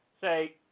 say